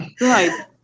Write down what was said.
right